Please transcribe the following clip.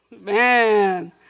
man